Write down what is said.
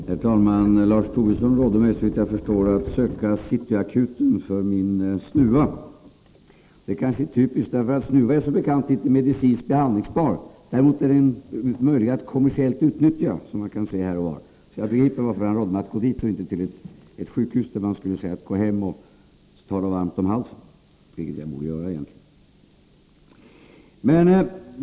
Herr talman! Lars Tobisson rådde mig, såvitt jag förstår, att söka City Akuten för min snuva. Det kanske är typiskt, för snuva är som bekant inte medicinskt behandlingsbar. Däremot är den möjlig att kommersiellt utnyttja, som man kan se här och var. Jag begriper varför han rådde mig att gå dit och inte till ett sjukhus, där man skulle säga till mig att gå hem och ta något varmt om halsen — vilket jag egentligen borde göra.